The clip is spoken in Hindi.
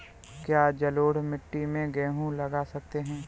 क्या जलोढ़ मिट्टी में गेहूँ लगा सकते हैं?